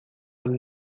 ela